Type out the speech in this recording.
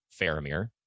Faramir